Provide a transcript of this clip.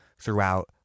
throughout